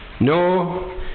No